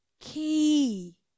Key